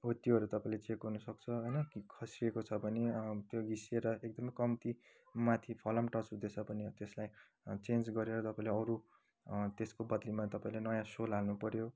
हो त्योहरू तपाईँले चेक गर्नुसक्छ होइन खोस्रिएको छ भने त्यो घिसिएर एकदमै कम्ती माथि फलाम टच हुँदैछ भने त्यसलाई चेन्ज गरेर तपाईँले अरू त्यसको बद्लीमा तपाईँले नयाँ सोल हाल्नुपर्यो